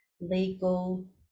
legal